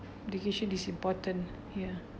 education is important ya